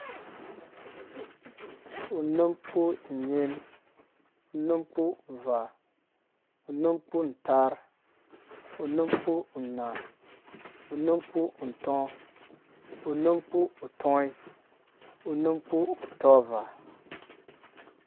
Unum kpu unyin, unum kpu uvaa, unum kpu ntaarh, num kpu naa, unum kpu ntɔɔ, unum kpu utɔi, unum kpu utɔvaa